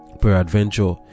peradventure